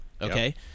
Okay